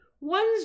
one's